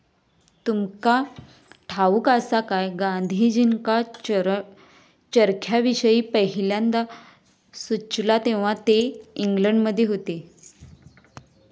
तुमका ठाऊक आसा काय, गांधीजींका चरख्याविषयी पयल्यांदा सुचला तेव्हा ते इंग्लंडमध्ये होते